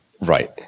Right